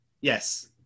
Yes